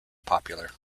popular